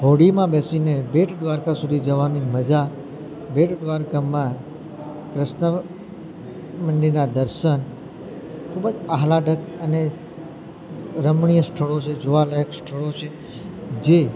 હોડીમાં બેસીને બેટ દ્વારકા સુધી જવાની મજા બેટ દ્વારકામાં કૃષ્ણ મંદિરનાં દર્શન ખૂબ જ આહલાદક અને રમણીય સ્થળો છે જોવાલાયક સ્થળો છે જે